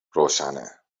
روشنه